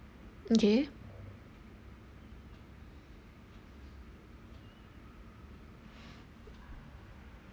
okay